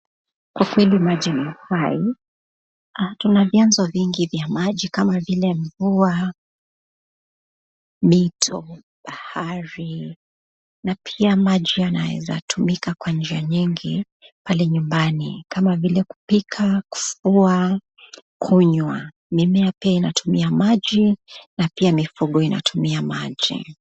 Kwa kweli maji ni uhai, kuna vyanzo vingi vya maji kama vile mvua, mito, bahari na pia maji yanaeza tumika kwa njia nyingi pale nyumbani kama vile kupika, kufua, kunywa. Mimea pia inatumia maji na pia mifugo inatumia maji.